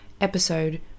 episode